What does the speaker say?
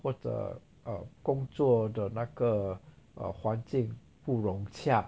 或者 err 工作的那个 err 环境不融洽